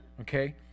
Okay